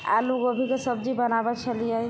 आलू गोभीके सब्जी बनाबै छलिए